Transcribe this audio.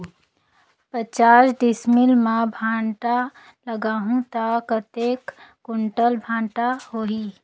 पचास डिसमिल मां भांटा लगाहूं ता कतेक कुंटल भांटा होही?